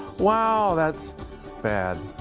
wow, that's bad.